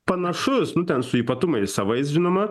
panašus nu ten su ypatumais savais žinoma